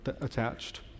attached